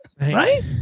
Right